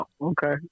okay